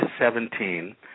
17